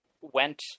went